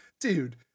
dude